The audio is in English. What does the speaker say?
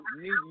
need